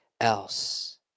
else